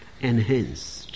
enhanced